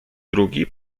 drugi